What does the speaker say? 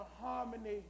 harmony